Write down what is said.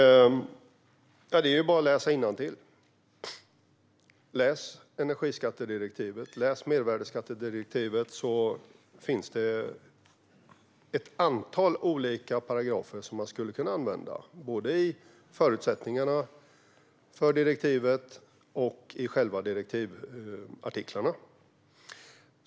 Herr talman! Det är bara att läsa innantill. Läs energiskattedirektivet! Läs mervärdesskattedirektivet! Där finns ett antal olika paragrafer som man skulle kunna använda, både i förutsättningarna för direktivet och i själva direktivartiklarna.